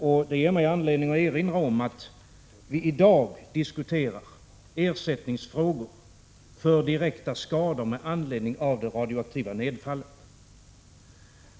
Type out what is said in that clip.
Detta ger mig anledning att erinra om att vi i dag diskuterar ersättning för direkta skador med anledning av det radioaktiva nedfallet.